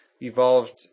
evolved